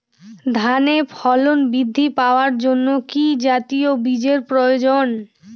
ধানে ফলন বৃদ্ধি পাওয়ার জন্য কি জাতীয় বীজের প্রয়োজন?